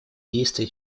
действия